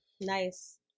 Nice